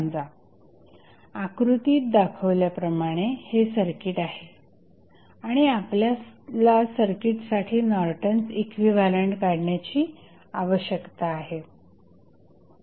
समजा आकृतीत दाखवल्याप्रमाणे हे सर्किट आहे आणि आपल्याला सर्किटसाठी नॉर्टन्स इक्विव्हॅलंट काढण्याची आवश्यकता आहे